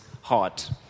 heart